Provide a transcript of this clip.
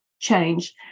change